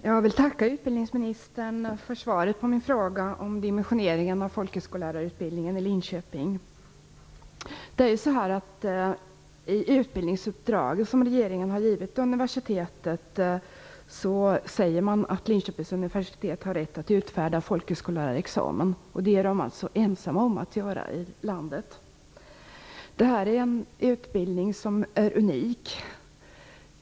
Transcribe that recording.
Fru talman! Jag tackar utbildningsministern för svaret på min fråga om dimensioneringen av folkhögskollärarutbildningen i Linköping. I det utbildningsuppdrag som regeringen har givit universitetet sägs det att Linköpings universitet har rätt att utfärda folkhögskollärarexamen. Det är man ensam i landet om att göra. Denna utbildning är unik.